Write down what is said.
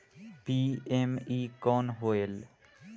PME कौन होयल?